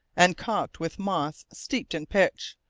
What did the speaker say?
and caulked with moss steeped in pitch,